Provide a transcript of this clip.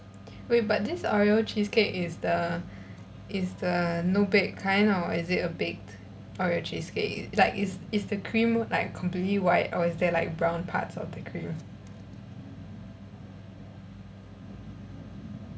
wait but this oreo cheesecake is the is the no bake kind or is it a baked oreo cheesecake like is is the cream like completely white or is there like brown parts of the cream